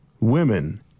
women